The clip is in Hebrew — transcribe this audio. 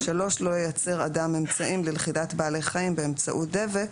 (3) לא ייצר אדם אמצעים ללכידת בעלי חיים באמצעות דבק.